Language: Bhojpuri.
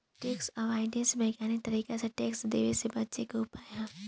टैक्स अवॉइडेंस वैज्ञानिक तरीका से टैक्स देवे से बचे के उपाय ह